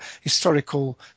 historical